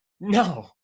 No